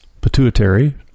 pituitary